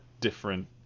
different